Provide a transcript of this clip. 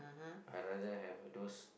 I rather have those